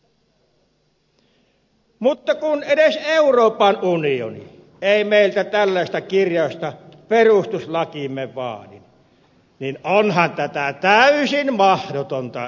mutta kun edes euroopan unioni ei meiltä tällaista kirjausta perustuslakiimme vaadi niin onhan tätä täysin mahdotonta ymmärtää